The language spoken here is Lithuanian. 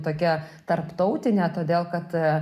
tokia tarptautinė todėl kad